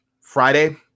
Friday